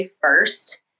first